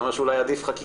זה אומר שאולי עדיף חקיקה.